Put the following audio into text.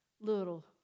little